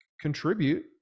contribute